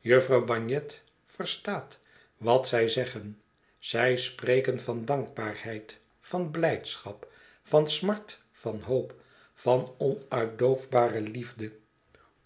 jufvrouw bagnet verstaat wat zij zeggen zij spreken van dankbaarheid van blijdschap van smart van hoop van onuitdoofbare liefde